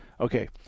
Okay